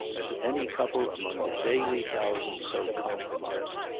as any couple among the daily thousands so compromised.